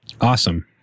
Awesome